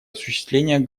осуществление